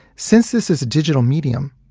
since this is a digital medium,